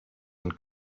and